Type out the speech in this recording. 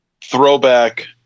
throwback